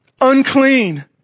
Unclean